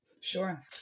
Sure